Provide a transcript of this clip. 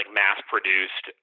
mass-produced